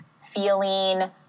feeling